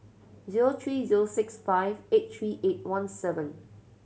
zero three zero six five eight three eight one seven